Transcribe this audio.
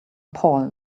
paul